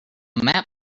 map